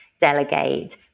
delegate